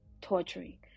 torturing